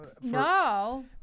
No